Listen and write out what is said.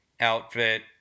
outfit